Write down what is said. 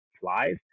flies